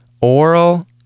oral